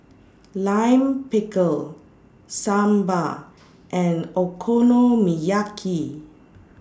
Lime Pickle Sambar and Okonomiyaki